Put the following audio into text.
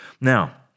Now